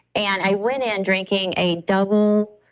and i went in drinking a double,